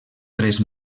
tres